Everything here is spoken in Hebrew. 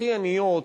הכי עניות,